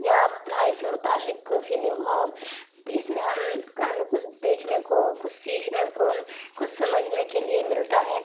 یا پڑھائی سے متعلق کوئی فلم ہو اس میں ہم ہمیں کچھ دیکھنے کو کچھ سیکھنے کو کچھ سمجھنے کے لیے ملتا ہے